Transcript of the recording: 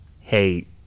hey